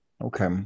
okay